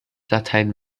latein